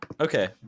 Okay